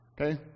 Okay